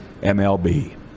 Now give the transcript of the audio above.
MLB